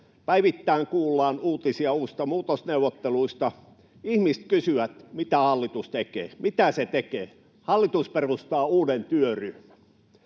Päivittäin kuullaan uutisia uusista muutosneuvotteluista. Ihmiset kysyvät, mitä hallitus tekee. Mitä se tekee? Hallitus perustaa uuden työryhmän.